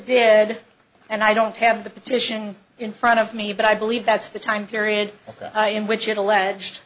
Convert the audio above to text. did and i don't have the petition in front of me but i believe that's the time period in which it alleged